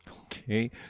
Okay